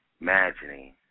Imagining